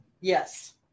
Yes